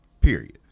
Period